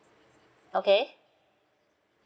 okay